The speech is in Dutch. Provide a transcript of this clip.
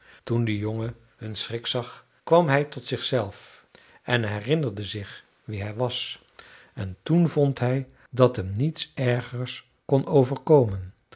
toen de jongen hun schrik zag kwam hij tot zichzelf en herinnerde zich wie hij was en toen vond hij dat hem niets ergers kon overkomen